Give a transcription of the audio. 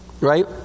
right